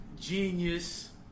Genius